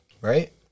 Right